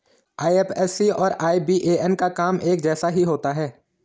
IFSC और IBAN का काम एक जैसा ही होता है